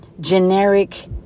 generic